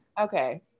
Okay